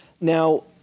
Now